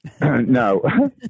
No